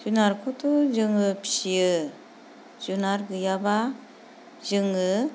जुनारखौथ' जोङो फिसियो जुनार गैयाब्ला जोङो